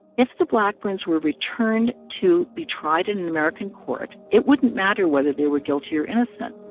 if the blackburns were returned to be tried in an american court, it wouldn't matter whether they were guilty or innocent.